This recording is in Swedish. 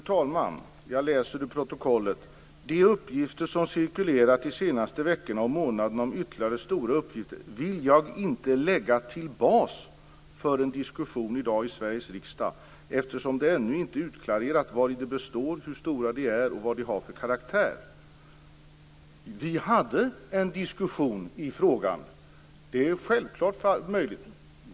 Fru talman! Jag läser i protokollet: "De uppgifter som har cirkulerat de senaste veckorna och månaderna om ytterligare stora uppgifter vill jag inte lägga till bas för en diskussion i dag i Sveriges riksdag, eftersom det ännu icke är utklarerat vari de består, hur stora de är och vad de har för karaktär." Vi hade en diskussion i frågan. Det är självklart möjligt.